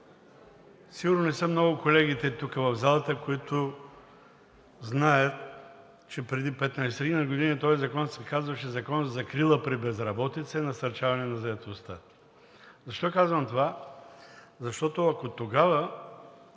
сигурно не са много колегите тук в залата, които знаят, че преди 15 години този закон се казваше: Закон за закрила при безработица и насърчаване на заетостта. Защо казвам това? Защото, ако тогава